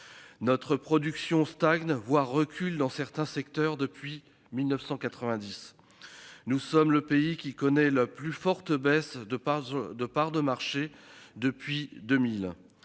Notre production stagne voire recule dans certains secteurs depuis 1990. Nous sommes le pays qui connaît la plus forte baisse de part de parts de marché depuis 2000,